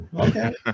Okay